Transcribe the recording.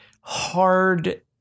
hard